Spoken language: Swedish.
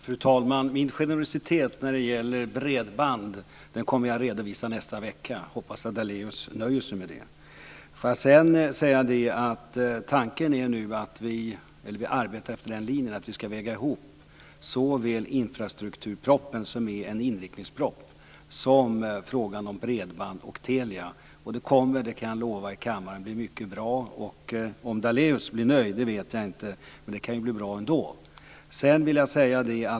Fru talman! Min generositet när det gäller bredband kommer jag att redovisa nästa vecka. Jag hoppas att Daléus nöjer sig med det. Vi arbetar nu efter den linjen att vi ska väga ihop såväl infrastrukturpropositionen, som är en inriktningsproposition, som frågan om bredband och Telia. Och det kommer, det kan jag lova i kammaren, att bli mycket bra. Om Daléus blir nöjd vet jag inte, men det kan ju bli bra ändå.